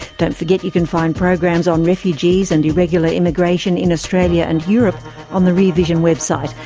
don't forget you can find programs on refugees and irregular immigration in australia and europe on the rear vision website,